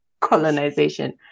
colonization